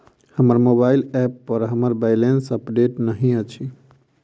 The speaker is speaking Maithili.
हमर मोबाइल ऐप पर हमर बैलेंस अपडेट नहि अछि